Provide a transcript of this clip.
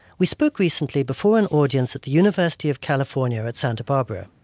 we spoke recently before an audience at the university of california at santa barbara